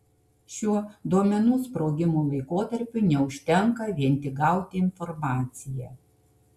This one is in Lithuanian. šiuo duomenų sprogimo laikotarpiu neužtenka vien tik gauti informaciją